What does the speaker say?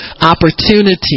opportunity